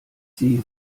sie